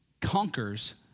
conquers